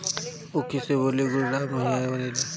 ऊखी से भेली, गुड़, राब, माहिया बनेला